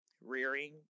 rearing